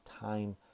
time